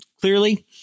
clearly